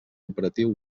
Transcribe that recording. operatiu